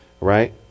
Right